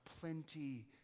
plenty